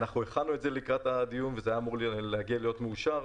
הכנו את זה לקראת הדיון וזה היה אמור להגיע ולהיות מאושר,